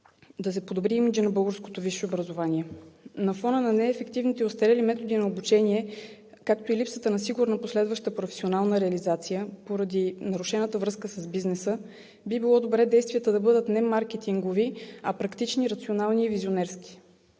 да се подобри имиджът на българското висше образование. На фона на неефективните и остарелите методи на обучение, както и липсата на сигурна последваща професионална реализация поради нарушената връзка с бизнеса, би било добре действията да бъдат не маркетингови, а практични, рационални и визионерски.